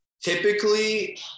Typically